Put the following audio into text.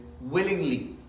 willingly